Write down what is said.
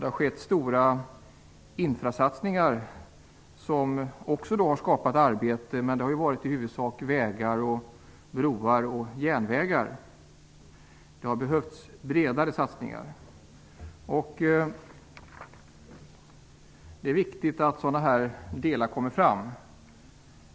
Det har skett stora infrastruktursatsningar som också har skapat arbetstillfällen. Men de har i huvudsak gällt vägar, broar och järnvägar. Det behövs bredare satsningar. Det är viktigt att sådant kommer fram.